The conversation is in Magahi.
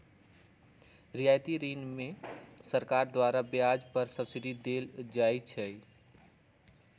रियायती ऋण में सरकार द्वारा ब्याज पर सब्सिडी देल जाइ छइ